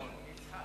ההצעה